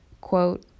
quote